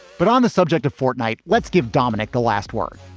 but on the subject of fortnight. let's give dominic the last word,